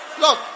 Look